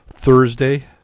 Thursday